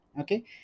Okay